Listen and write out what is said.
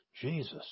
Jesus